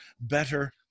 better